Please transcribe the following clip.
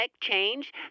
change